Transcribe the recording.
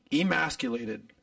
emasculated